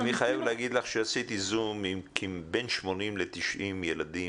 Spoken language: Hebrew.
אני חייב להגיד לך שעשיתי זום עם בין 80 ל-90 ילדים.